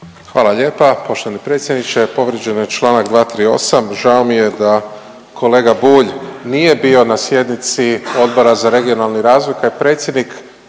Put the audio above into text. Hvala lijepa poštovani predsjedniče. Povrijeđen je čl. 238., žao mi je da kolega Bulj nije bio na sjednici Odbora za regionalni razvoj kad je predsjednik